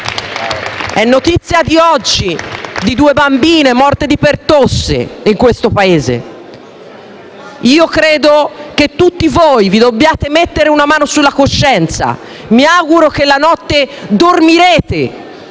È notizia di oggi di due bambine morte di pertosse in questo Paese. Credo che tutti voi vi dobbiate mettere una mano sulla coscienza. Mi auguro che dormirete